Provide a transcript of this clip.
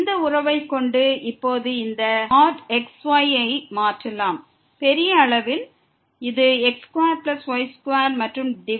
இந்த உறவைக் கொண்டு இப்போது இந்த |xy| யை பெரிய அளவில் மாற்றலாம் இது x2y2 மற்றும் டிவைடட் பை x2y2